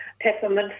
peppermint